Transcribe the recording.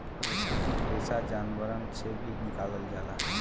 प्राकृतिक रेसा जानवरन से भी निकालल जाला